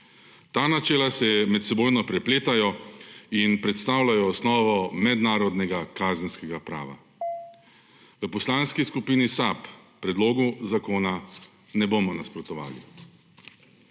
Ta načela se medsebojno prepletajo in predstavljajo osnovo mednarodnega kazenskega prava. V Poslanski skupini SAB predlogu zakona ne bomo nasprotovali.